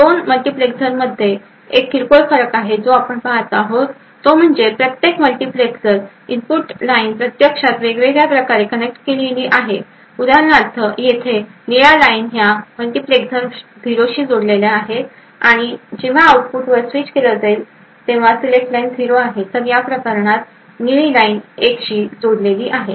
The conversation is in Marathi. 2 मल्टीप्लेक्सर्समध्ये एक किरकोळ फरक आहे आणि आपण जे पहात आहात ते म्हणजे प्रत्येक मल्टिप्लेसरमध्ये इनपुट लाइन प्रत्यक्षात वेगळ्या प्रकारे कनेक्ट केलेली आहे उदाहरणार्थ येथे निळ्या लाईन या मल्टीप्लेझरमध्ये 0 शी जोडलेली आहे आणि म्हणून जेव्हा आउटपुटवर स्विच केले जाईल सिलेक्ट लाइन 0 आहे तर या प्रकरणात निळी लाईन 1 शी जोडलेली आहे